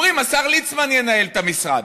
אומרים: השר ליצמן ינהל את המשרד.